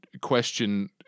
question